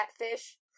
catfish